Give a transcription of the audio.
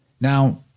Now